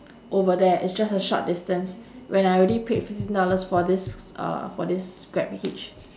over there it's just a short distance when I already paid fifteen dollars for this uh for this grab hitch